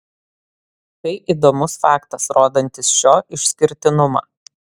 tai įdomus faktas rodantis šio išskirtinumą